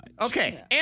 Okay